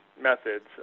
methods